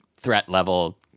threat-level